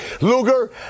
Luger